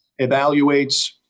evaluates